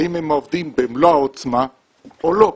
האם הם עובדים במלוא העוצמה או לא,